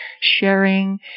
sharing